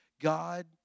God